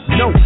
no